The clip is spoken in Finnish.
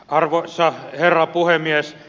arvoisa herra puhemies